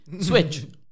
Switch